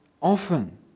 often